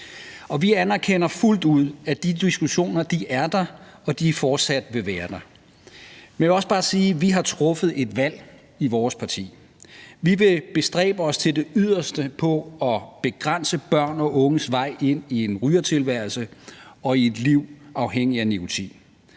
vi anerkender fuldt ud, at de diskussioner er der, og at de fortsat vil være der, men jeg vil også bare sige, at vi har truffet et valg i vores parti: Vi vil bestræbe os til det yderste på at begrænse børn og unges vej ind i en rygertilværelse og i et liv afhængigt af nikotin,